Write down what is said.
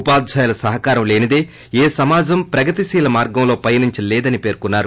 ఉపాధ్యాయుల సహకారం లేనిదే ఏ సమాజం ప్రగతిశీల మార్గంలో పయనించలేదని పేర్కొన్నారు